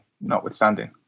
notwithstanding